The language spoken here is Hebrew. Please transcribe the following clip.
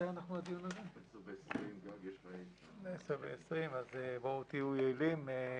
הדיון עד 10:20, אז תהיו יעילים.